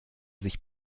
sich